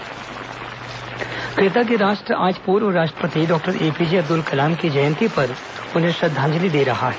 अब्दुल कलाम जयंती कृतज्ञ राष्ट्र आज पूर्व राष्ट्रपति डॉक्टर एपीजे अब्दल कलाम की जयंती पर उन्हें श्रद्वांजलि दे रहा है